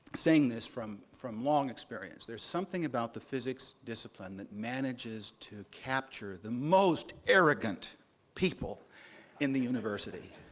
saying this from from long experience. there's something about the physics discipline that manages to capture the most arrogant people in the university.